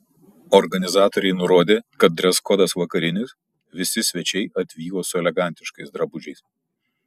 organizatoriai nurodė kad dreskodas vakarinis visi svečiai atvyko su elegantiškais drabužiais